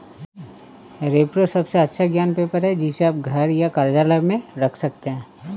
repro सबसे अच्छा ज्ञात पेपर है, जिसे आप घर या कार्यालय में रख सकते हैं